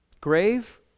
Grave